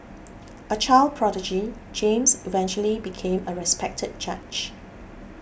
a child prodigy James eventually became a respected judge